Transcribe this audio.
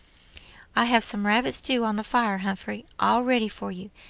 i have some rabbit-stew on the fire, humphrey, all ready for you,